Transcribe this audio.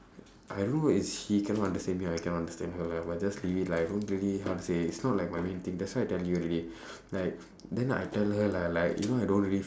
I don't know is she cannot understand me or I cannot understand her lah but just leave it lah I don't really like how to say it's not like my main thing that's why I tell you already like then I tell her lah like you know I don't really